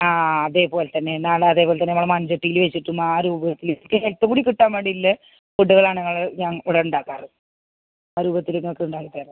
ആ അതേപോലെ തന്നെ ആണ് അതേപോലെ തന്നെ മൺചട്ടീല് വെച്ചിട്ട് ആ രൂപത്തിൽ ഇട്ടുകൂടി കിട്ടാൻവേണ്ടിയുള്ള ഫുഡുകളാണ് ഞങ്ങൾ ഇവിടെ ഉണ്ടാക്കാറ് ആ രൂപത്തിൽ നിങ്ങക്കുണ്ടാക്കിത്തരാം